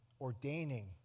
ordaining